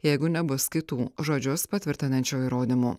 jeigu nebus kitų žodžius patvirtinančių įrodymų